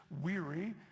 weary